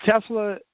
Tesla